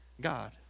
God